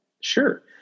Sure